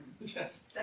Yes